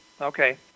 Okay